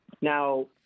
Now